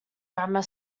grammar